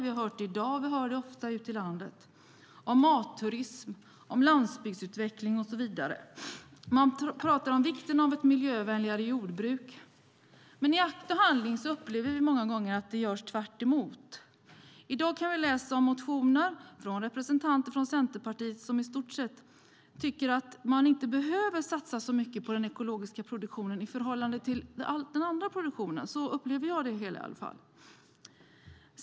Vi har hört det i dag. Vi hör det ofta ute i landet. Vi hör om matturism, om landsbygdsutveckling och så vidare. Man pratar om vikten av ett miljövänligare jordbruk. Men i akt och handling upplever vi många gånger att det görs tvärtemot. I dag kan vi läsa om motioner från representanter från Centerpartiet som i stort sett tycker att man inte behöver satsa så mycket på den ekologiska produktionen i förhållande till den andra produktionen. Så upplever jag det hela i alla fall.